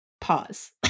Pause